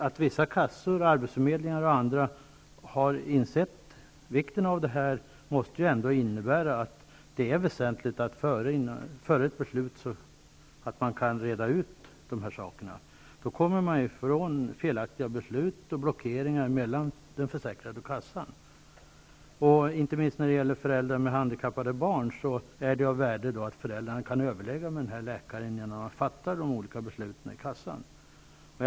Att vissa kassor, arbetsförmedlingar och andra har insett vikten av att göra på detta sätt måste ju ändå innebära att det är väsentligt att man före ett beslut kan reda ut dessa saker. Då kommer man ifrån att det fattas felaktiga beslut och att det blir blockeringar mellan den försäkrade och kassan. Inte minst när det gäller föräldrar med handikappade barn är det av värde att föräldrarna kan överlägga med den här läkaren, innan de olika besluten fattas i kassan.